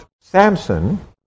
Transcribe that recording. Samson